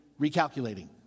recalculating